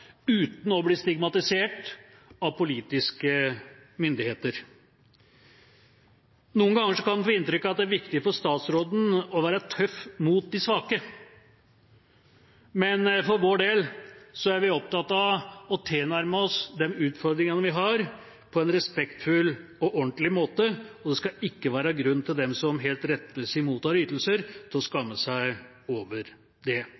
uten å bli stigmatisert av politiske myndigheter. Noen ganger kan en få inntrykk av at det er viktig for statsråden å være tøff mot de svake, men for vår del er vi opptatt av å tilnærme oss de utfordringene vi har, på en respektfull og ordentlig måte, og det skal ikke være grunn for dem som helt rettmessig mottar ytelser, til å skamme seg over det.